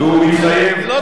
אני לא רוצה להוציא אותך.